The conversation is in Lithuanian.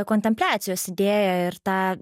kontempliacijos idėją ir tą